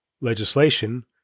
legislation